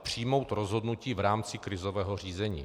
Přijmout rozhodnutí v rámci krizového řízení.